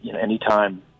anytime